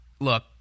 look